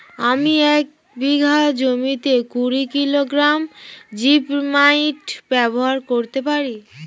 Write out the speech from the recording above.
আমি এক বিঘা জমিতে কুড়ি কিলোগ্রাম জিপমাইট ব্যবহার করতে পারি?